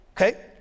Okay